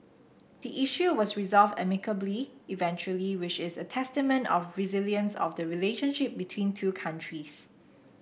the issue was resolved amicably eventually which is a testament of resilience of the relationship between two countries